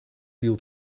deal